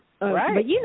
Right